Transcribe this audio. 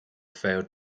failed